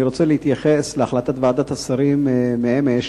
אני רוצה להתייחס להחלטת ועדת השרים מאמש,